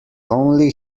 only